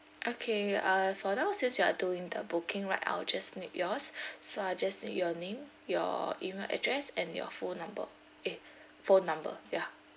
okay uh for now since you are doing the booking right I'll just need yours so I just need your name your email address and your phone number eh phone number ya